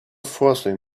forcing